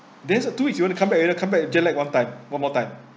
then two weeks you want to come back you come back jet lag one time one more time